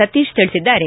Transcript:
ಸತೀಶ್ ತಿಳಿಸಿದ್ದಾರೆ